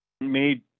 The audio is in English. made